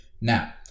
Now